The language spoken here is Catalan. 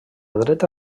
dreta